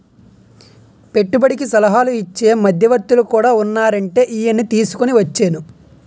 పెట్టుబడికి సలహాలు ఇచ్చే మధ్యవర్తులు కూడా ఉన్నారంటే ఈయన్ని తీసుకుని వచ్చేను